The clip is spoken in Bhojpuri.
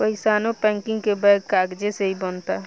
कइसानो पैकिंग के बैग कागजे से ही बनता